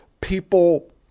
people